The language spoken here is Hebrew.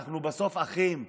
בסוף, אנחנו אחים.